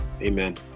amen